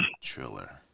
Triller